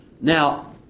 Now